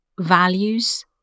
values